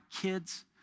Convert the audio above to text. kids